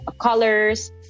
colors